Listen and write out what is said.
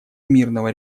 мирного